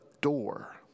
door